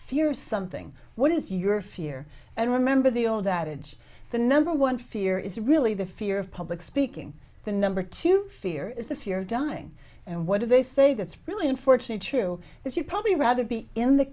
fear fear something what is your fear and remember the old adage the number one fear is really the fear of public speaking the number two fear is the fear of dying and what do they say that's really unfortunate true that you'd probably rather be in the